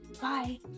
bye